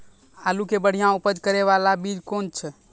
आलू के बढ़िया उपज करे बाला बीज कौन छ?